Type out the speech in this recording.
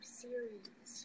series